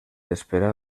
esperat